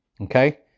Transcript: Okay